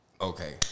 Okay